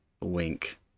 Wink